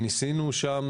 ניסינו שם